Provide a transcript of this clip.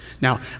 Now